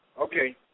Okay